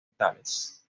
metales